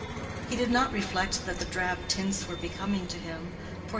he did not reflect that the drab tints were becoming to him,